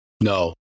No